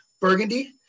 Burgundy